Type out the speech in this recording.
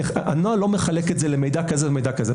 הנוהל לא מחלק את זה למידע כזה או מידע כזה.